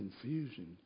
confusion